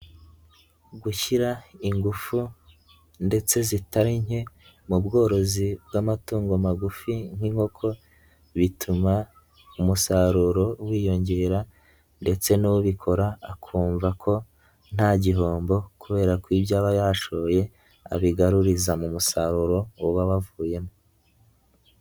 Gushyira ingufu ndetse zitari nke mu bworozi bw'amatungo magufi nk'inkoko bituma umusaruro wiyongera ndetse n'ubikora akumva ko nta gihombo kubera ko ibyo aba yashoye abigaruriza mu musaruro uba wavuyemo.